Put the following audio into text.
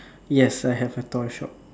yes I have a toy shop